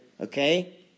okay